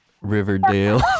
Riverdale